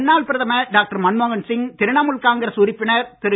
முன்னாள் பிரதமர் டாக்டர் மன்மோகன் சிங் திரிணாமுல் காங்கிரஸ் உறுப்பினர் திரு